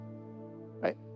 right